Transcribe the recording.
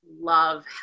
love